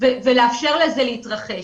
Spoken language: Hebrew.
ולאפשר לזה להתרחש.